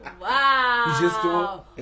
Wow